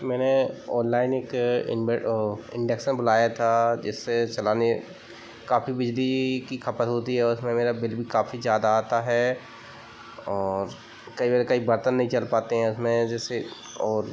मैंने ऑनलाइन एक ओह इंडेक्सन बुलाया था जिसे चलाने काफ़ी बिजली की खपत होती है और उसमें मेरा बिल भी काफ़ी ज़्यादा आता है और कई बार कई बर्तन नहीं चल पाते हैं उसमें जैसे और